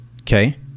Okay